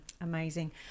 Amazing